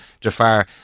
Jafar